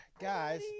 guys